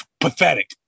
pathetic